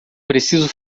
preciso